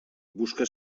busca